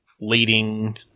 leading